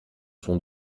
sont